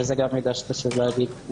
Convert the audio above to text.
וזה גם מידע שחשוב להגיד.